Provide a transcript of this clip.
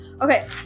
Okay